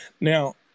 Now